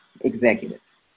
executives